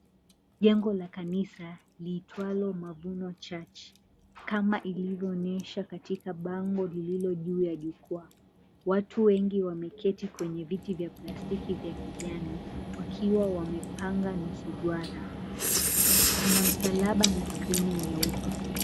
Jengo la kanisa liitwalo Mavuno Church, kama ilivyoonyesha kwa bango lililojuu ya jukwaa. Watu wengi wameketi kwenye viti vya plastiki vya kijani, wakiwa wamepanga nusu duara. Kuna msalaba na skrini nyeupe.